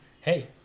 hey